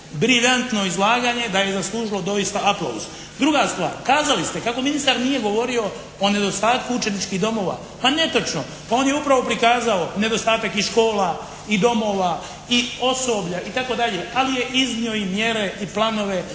briljantno izlaganje da je zaslužilo doista aplauz. Druga stvar. Kazali ste kako ministar nije govorio o nedostatku učeničkih domova. Pa netočno. Pa on je upravo prikazao nedostatak i škola i domova i osoblja i tako dalje, ali je iznio i mjere i planove